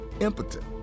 impotent